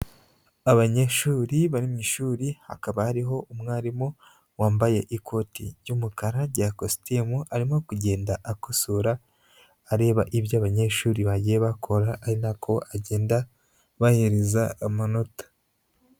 Abanyeshuri bari mu ishuri, hakaba hariho umwarimu wambaye ikote ry'umukara rya kositimu, arimo kugenda akosora areba ibyo abanyeshuri bagiye bakora, ari na ko agenda abahereza amanota.